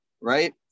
right